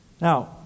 Now